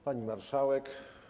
Pani Marszałek!